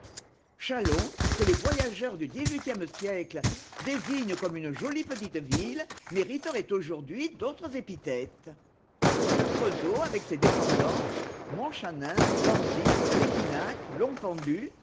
chalon que les voyageurs du dixhuitième siècle désignent comme une jolie petite ville mériterait aujourd'hui d'autres épithètes le creusot avec ses dépendances montchanin blanzy